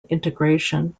integration